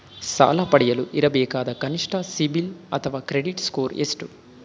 ಸಾಲ ಪಡೆಯಲು ಇರಬೇಕಾದ ಕನಿಷ್ಠ ಸಿಬಿಲ್ ಅಥವಾ ಕ್ರೆಡಿಟ್ ಸ್ಕೋರ್ ಎಷ್ಟು?